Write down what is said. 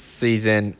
season –